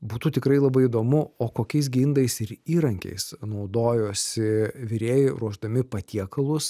būtų tikrai labai įdomu o kokiais gi indais ir įrankiais naudojosi virėjai ruošdami patiekalus